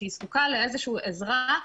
שהיא זקוקה לאיזה שהיא עזרה.